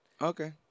Okay